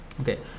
Okay